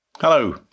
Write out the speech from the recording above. Hello